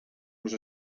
los